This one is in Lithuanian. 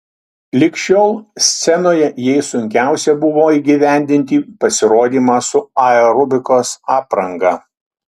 lig šiol scenoje jai sunkiausia buvo įgyvendinti pasirodymą su aerobikos apranga